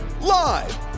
Live